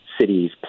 cities